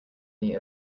knee